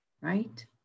right